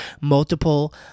multiple